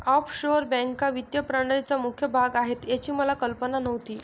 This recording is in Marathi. ऑफशोअर बँका वित्तीय प्रणालीचा मुख्य भाग आहेत याची मला कल्पना नव्हती